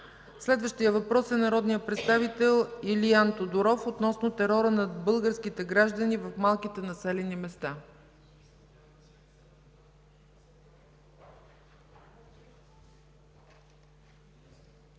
Следващият въпрос е от народния представител Илиан Тодоров относно терорът на българските граждани в малките населени места.